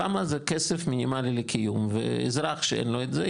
כמה זה כסף מינימלי לקיום ואזרח שאין לו את זה,